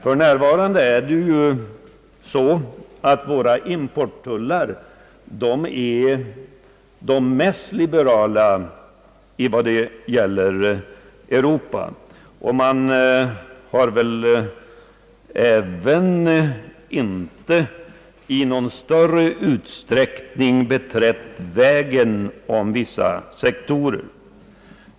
För närvarande är ju våra importtullar de mest liberala i Europa, men man har väl inte i någon större utsträckning beträtt denna väg på vissa sektorer.